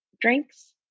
drinks